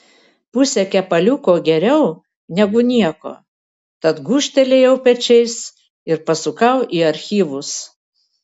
pusė kepaliuko geriau negu nieko tad gūžtelėjau pečiais ir pasukau į archyvus